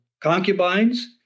Concubines